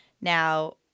now